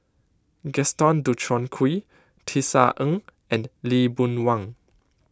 Gaston Dutronquoy Tisa Ng and Lee Boon Wang